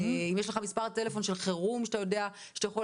אם יש לך מספר טלפון של חירום שאתה יודע שאתה יכול